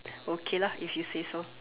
okay lah if you say so